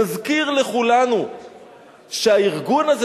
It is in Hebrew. נזכיר לכולנו שהארגון הזה,